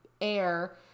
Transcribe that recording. air